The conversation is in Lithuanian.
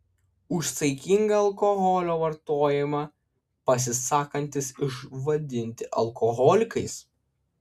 už saikingą alkoholio vartojimą pasisakantys išvadinti alkoholikais